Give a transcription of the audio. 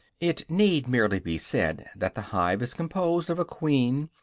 it need merely be said that the hive is composed of a queen,